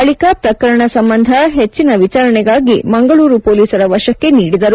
ಬಳಿಕ ಪ್ರಕರಣ ಸಂಬಂಧ ಹೆಚ್ಚಿನ ವಿಚಾರಣೆಗಾಗಿ ಮಂಗಳೂರು ಪೊಲೀಸರ ವಶಕ್ಕೆ ನೀಡಿದರು